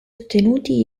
ottenuti